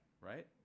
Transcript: right